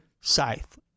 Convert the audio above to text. Scythe